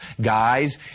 Guys